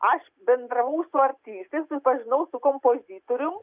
aš bendravau su artistais susipažinau su kompozitorium